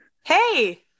hey